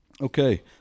Okay